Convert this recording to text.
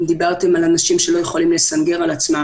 אם דיברתם על אנשים שלא יכולים לסנגר על עצמם,